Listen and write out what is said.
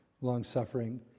long-suffering